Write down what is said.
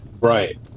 Right